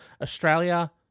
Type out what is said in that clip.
Australia